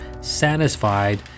satisfied